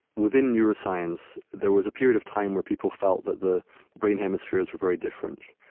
within neuroscience, there was a period of time where people felt that the brain hemispheres were very different.